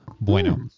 bueno